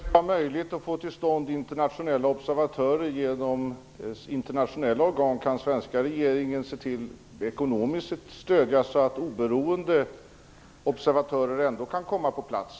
Fru talman! Om det inte visar sig vara möjligt att få till stånd internationella observatörer genom internationella organ, kan svenska regeringen ekonomiskt stödja att oberoende observatörer ändå kan komma på plats?